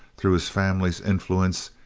through his family's influence,